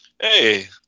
Hey